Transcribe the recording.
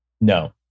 No